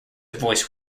voice